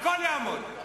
הכול יעמוד.